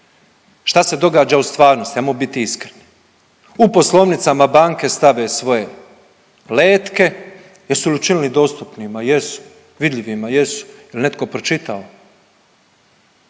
Šta se događa u stvarnosti ajmo biti iskreni? U poslovnicama banke stave svoje letke, jesu li učinili dostupnima, jesu, vidljivima, jesu, jel netko pročitao?